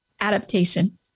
adaptation